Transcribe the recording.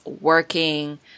working